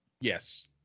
Yes